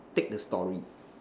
take the story